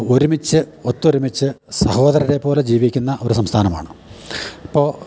ഒരുമിച്ച് ഒത്തൊരുമിച്ച് സഹോദരരെ പോലെ ജീവിക്കുന്ന ഒരു സംസ്ഥാനമാണ് അപ്പോൾ